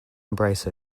embrace